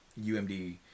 UMD